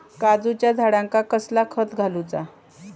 काजूच्या झाडांका कसला खत घालूचा?